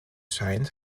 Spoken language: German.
scheint